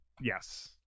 Yes